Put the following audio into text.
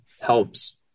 helps